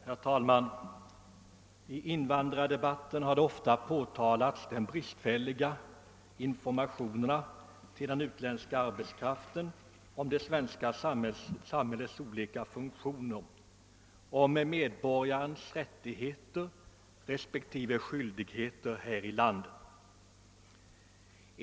Herr talman! I invandrardebatten har man ofta påtalat de bristfälliga informationerna till den utländska arbetskraften om det svenska samhällets olika funktioner och medborgarnas rättighe ter respektive skyldigheter här i landet.